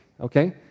Okay